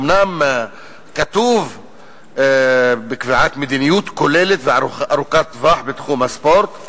אומנם כתוב בקביעת מדיניות כוללת וארוכת טווח בתחום הספורט,